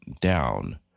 down